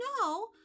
No